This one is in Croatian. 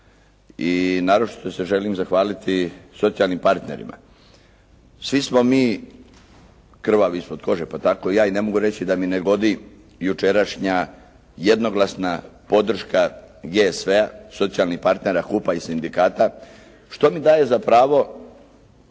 I naročito se želim zahvaliti socijalnim partnerima. Svi smo mi krvavi ispod kože, pa tako i ja, i ne mogu reći da mi ne godi jučerašnja jednoglasna podrška GSV-a, socijalnih partnera HUP-a i sindikata što mi daje za pravo